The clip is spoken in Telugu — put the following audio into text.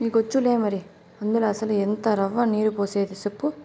నీకొచ్చులే మరి, అందుల అసల ఎంత రవ్వ, నీరు పోసేది సెప్పు